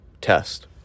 Test